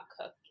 cook